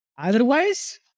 otherwise